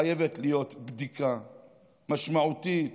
חייבת להיות בדיקה משמעותית